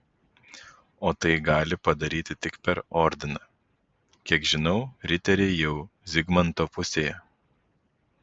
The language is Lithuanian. o tai gali padaryti tik per ordiną kiek žinau riteriai jau zigmanto pusėje